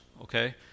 okay